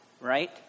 right